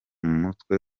mutwe